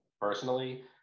personally